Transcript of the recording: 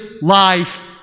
life